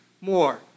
more